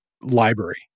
library